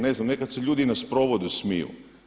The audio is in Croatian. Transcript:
Ne znam nekad se ljudi i na sprovodu smiju.